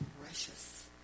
precious